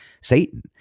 Satan